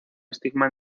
estigma